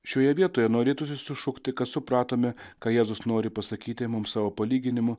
šioje vietoje norėtųsi sušukti kad supratome ką jėzus nori pasakyti mums savo palyginimu